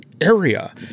area